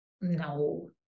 no